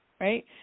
right